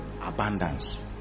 Abundance